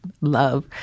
love